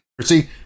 See